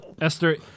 Esther